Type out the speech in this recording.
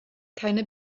keine